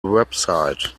website